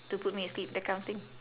to put me asleep that kind of thing